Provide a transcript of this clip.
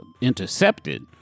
intercepted